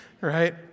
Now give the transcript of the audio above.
right